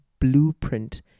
blueprint